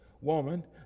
woman